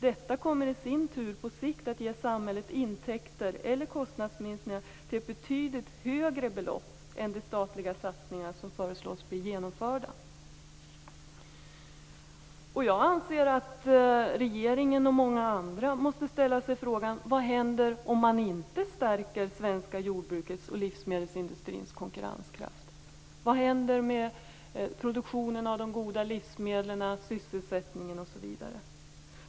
Detta kommer i sin tur på sikt att ge samhället intäkter eller kostnadsminskningar till ett betydligt högre belopp än de statliga satsningar som föreslås bli genomförda. Jag anser att regeringen och många andra måste ställa sig frågan vad som händer om man inte stärker det svenska jordbrukets och livsmedelsindustrins konkurrenskraft. Vad händer med produktionen av de goda livsmedlen, sysselsättningen osv.?